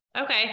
Okay